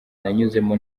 nanyuzemo